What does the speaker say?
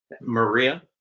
maria